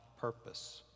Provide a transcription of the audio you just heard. purpose